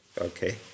Okay